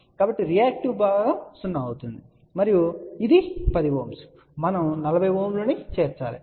కాబట్టి రియాక్టివ్ భాగం 0 అవుతుంది మరియు ఇది 10Ω మనం 40Ω ను చేర్చు తాము